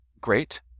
Great